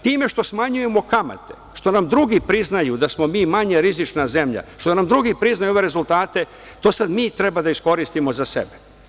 Time što smanjujemo kamate, što nam drugi priznaju da smo mi manje rizična zemlja, što nam drugi priznaju ove rezultate, to sada mi treba da iskoristimo za sebe.